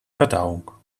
verdauung